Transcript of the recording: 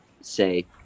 say